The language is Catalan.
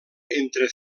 entre